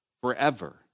forever